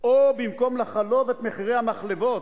או במקום לחלוב את מחירי המחלבות,